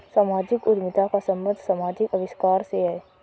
सामाजिक उद्यमिता का संबंध समाजिक आविष्कार से है